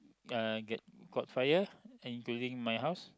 uh get got fire including my house